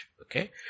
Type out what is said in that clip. Okay